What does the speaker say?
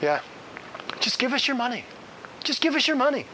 yeah just give us your money just give us your money